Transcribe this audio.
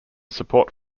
support